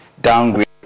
downgrade